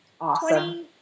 Awesome